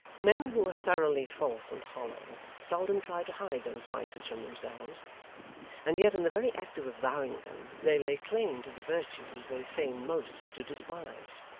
men who are thoroughly false and hollow, seldom try to hide those vices from themselves and yet in the very act of avowing them, they lay claim to the virtues they feign most to despise.